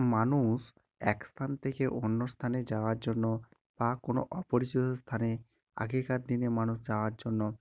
মানুষ এক স্থান থেকে অন্য স্থানে যাওয়ার জন্য বা কোনো অপরিচিত স্থানে আগেকার দিনে মানুষ যাওয়ার জন্য